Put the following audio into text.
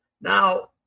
Now